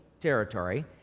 territory